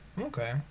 okay